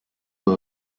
were